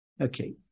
Okay